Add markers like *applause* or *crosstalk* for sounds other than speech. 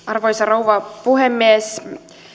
*unintelligible* arvoisa rouva puhemies